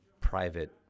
private